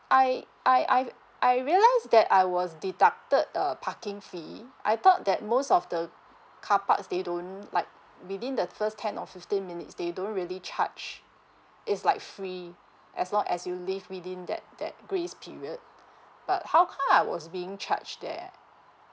I I I I realize that I was deducted uh parking fee I thought that most of the carparks they don't like within the first ten or fifteen minutes they don't really charge it's like free as long as you leave within that that grace period but how come I was being charged there